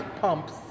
pumps